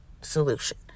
solution